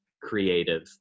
creative